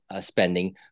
spending